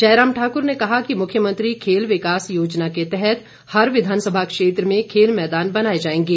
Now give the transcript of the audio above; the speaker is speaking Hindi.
जयराम ठाकर ने कहा कि मुख्यमंत्री खेल विकास योजना के तहत प्रत्येक विधानसभा क्षेत्र में खेल मैदान बनाए जाएंगे